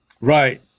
Right